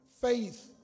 faith